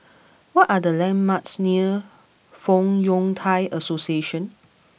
what are the landmarks near Fong Yun Thai Association